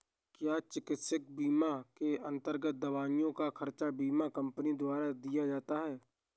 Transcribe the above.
क्या चिकित्सा बीमा के अन्तर्गत दवाइयों का खर्च बीमा कंपनियों द्वारा दिया जाता है?